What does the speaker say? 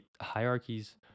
hierarchies